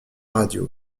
radio